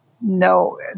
no